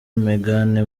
meghan